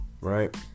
right